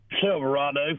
Silverado